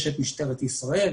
יש את משטרת ישראל,